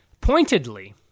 pointedly